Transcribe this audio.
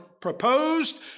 proposed